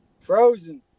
Frozen